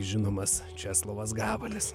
žinomas česlovas gabalis